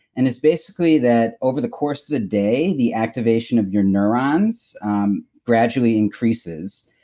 and it's basically that over the course of the day, the activation of your neurons um gradually increases.